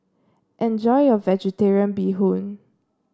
enjoy your vegetarian Bee Hoon